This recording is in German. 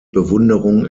bewunderung